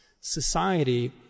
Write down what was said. society